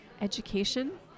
education